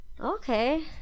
Okay